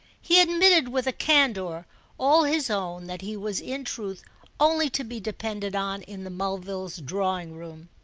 he admitted with a candour all his own that he was in truth only to be depended on in the mulvilles' drawing-room.